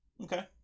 Okay